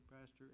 Pastor